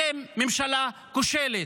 אתם ממשלה כושלת,